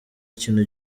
ikintu